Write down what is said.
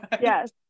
Yes